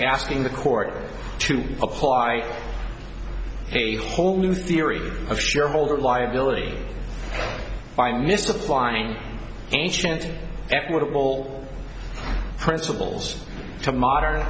asking the court to apply a whole new theory of shareholder liability by mr applying ancient equitable principles to modern